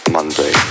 Monday